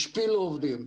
השפילו עובדים,